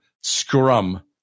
scrum